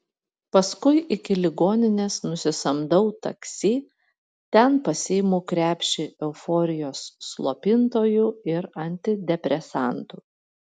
paskui iki ligoninės nusisamdau taksi ten pasiimu krepšį euforijos slopintojų ir antidepresantų